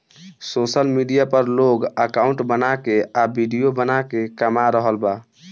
social media पर लोग account बना के आ विडिओ बना के कमा रहल बा